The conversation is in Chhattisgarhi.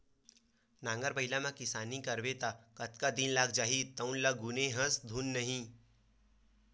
नांगर बइला म किसानी करबो त कतका दिन लाग जही तउनो ल गुने हस धुन नइ